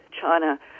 China